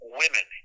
women